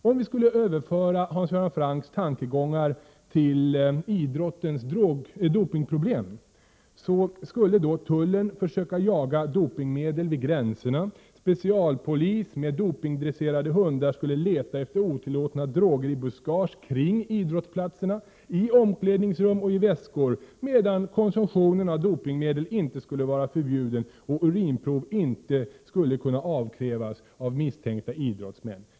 Om vi skulle överföra Hans Göran Francks tankegångar till idrottens dopingproblem, skulle tullen försöka jaga dopingmedel vid gränserna och specialpolis med dopingdresserade hundar skulle leta efter otillåtna droger i buskage kring idrottsplatserna, i omklädningsrum och i väskor, medan konsumtion av dopingmedel inte skulle vara förbjuden och urinprov inte skulle kunna avkrävas misstänkta idrottsmän.